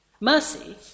Mercy